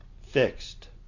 Fixed